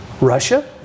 Russia